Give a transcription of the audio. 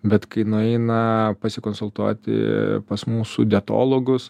bet kai nueina pasikonsultuoti pas mūsų dietologus